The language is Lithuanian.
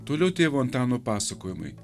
toliau tėvo antano pasakojimai